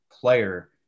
player